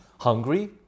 hungry